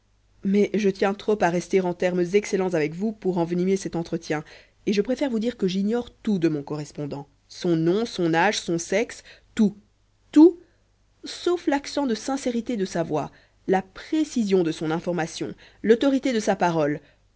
mais je tiens trop à rester en termes excellents avec vous pour envenimer cet entretien et je préfère vous dire que j'ignore tout de mon correspondant son nom son âge son sexe tout tout sauf l'accent de sincérité de sa voix la précision de son information l'autorité de sa parole